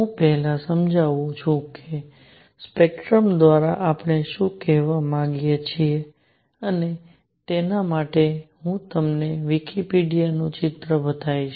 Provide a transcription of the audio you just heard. હું પહેલા સમજાવું છું કે સ્પેક્ટ્રમ દ્વારા આપણે શું કહેવા માંગીએ છીએ અને તેના માટે હું તમને વિકિપીડિયા નું ચિત્ર બતાવીશ